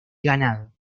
ganado